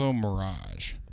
Mirage